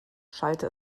schallte